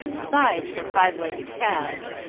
sighed for five-legged calves,